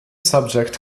subject